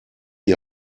die